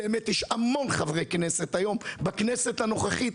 באמת יש היום המון חברי כנסת בכנסת הנוכחית,